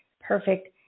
perfect